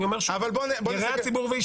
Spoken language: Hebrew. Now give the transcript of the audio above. אני אומר שוב: יראה הציבור וישפוט.